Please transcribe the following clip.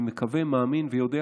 אני מקווה, מאמין ויודע